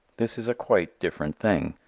this is a quite different thing.